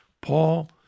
Paul